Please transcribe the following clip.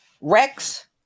Rex